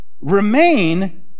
Remain